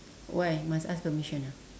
why must ask permission ah